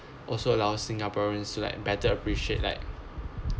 also allows singaporeans to like better appreciate like